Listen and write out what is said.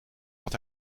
had